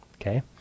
okay